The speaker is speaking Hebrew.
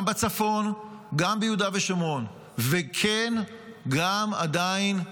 גם בצפון, גם ביהודה ושומרון וכן, גם, עדיין,